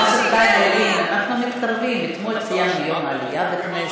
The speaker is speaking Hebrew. אני לא דיברתי, חבר הכנסת